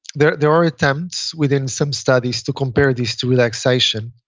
there there are attempts within some studies to compare this to relaxation.